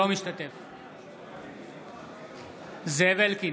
אינו משתתף בהצבעה זאב אלקין,